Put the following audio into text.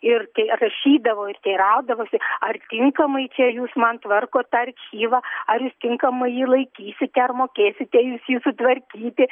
ir kai rašydavo ir teiraudavosi ar tinkamai čia jūs man tvarkot tą archyvą ar jūs tinkamai jį laikysite ar mokėsite jūs jį sutvarkyti